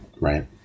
right